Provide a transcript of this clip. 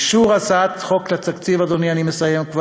אישור הצעת חוק לתקציב, אדוני, אני כבר מסיים,